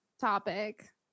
topic